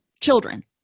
children